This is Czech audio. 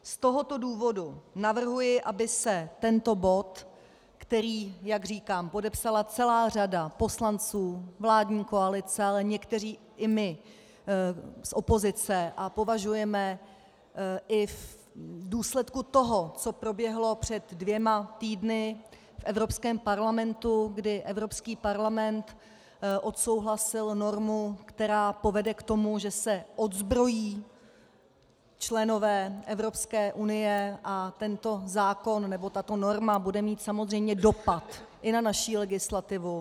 Z tohoto důvodu navrhuji, aby se tento bod, který, jak říkám, podepsala celá řada poslanců vládní koalice, ale i někteří my z opozice, a považujeme i v důsledku toho, co proběhlo před dvěma týdny v Evropském parlamentu, kdy Evropský parlament odsouhlasil normu, která povede k tomu, že se odzbrojí členové Evropské unie, a tato norma bude mít samozřejmě dopad i na naši legislativu.